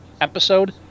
episode